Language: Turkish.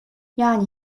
yani